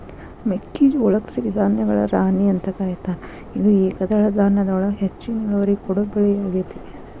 ಮೆಕ್ಕಿಜೋಳಕ್ಕ ಸಿರಿಧಾನ್ಯಗಳ ರಾಣಿ ಅಂತ ಕರೇತಾರ, ಇದು ಏಕದಳ ಧಾನ್ಯದೊಳಗ ಹೆಚ್ಚಿನ ಇಳುವರಿ ಕೊಡೋ ಬೆಳಿಯಾಗೇತಿ